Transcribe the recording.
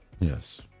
yes